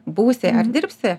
būsi ar dirbsi